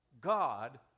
God